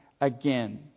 again